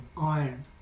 iron